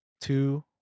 two